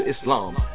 Islam